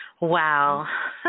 Wow